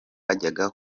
yajyaga